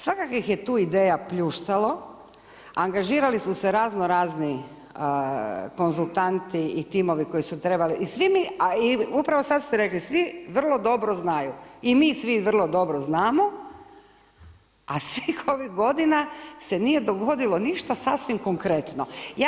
Svakakvih je tu ideja pljuštalo, angažirali su se raznorazni konzultanti i timovi koji su trebali, upravo sad ste rekli, svi vrlo dobro znaju i mi svi vrlo dobro znamo, a svih ovih godina se nije dogodilo ništa sasvim konkretno.